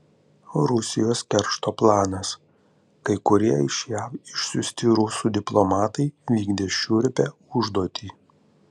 rusijos keršto planas kai kurie iš jav išsiųsti rusų diplomatai vykdė šiurpią užduotį